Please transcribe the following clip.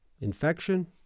infection